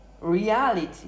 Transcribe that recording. reality